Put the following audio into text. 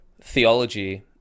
theology